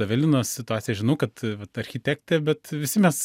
evelinos situaciją žinau kad vat architektė bet visi mes